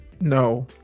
No